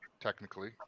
technically